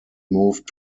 moved